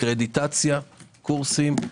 קרדיטציה, קורסים.